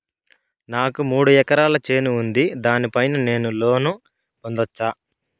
నాకు మూడు ఎకరాలు చేను ఉంది, దాని పైన నేను లోను పొందొచ్చా?